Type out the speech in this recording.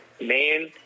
man